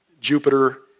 Jupiter